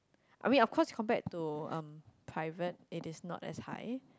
I mean of course compared to um private it is not that high